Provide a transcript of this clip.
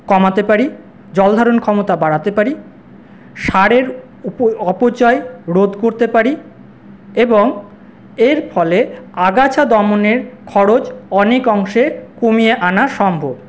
কমাতে পারি জলধারণ ক্ষমতা বাড়াতে পারি সারের অপচয় রোধ করতে পারি এবং এর ফলে আগাছা দমনের খরচ অনেক অংশে কমিয়ে আনা সম্ভব